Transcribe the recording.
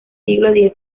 siglo